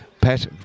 Pat